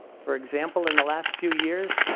for example, in the last few years,